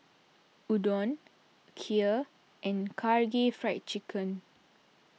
Udon Kheer and Karaage Fried Chicken